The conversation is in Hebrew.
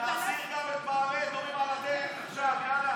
תחזיר גם את מעלה אדומים עכשיו, יאללה.